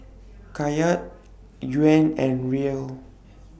Kyat Yuan and Riel